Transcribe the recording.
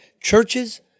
churches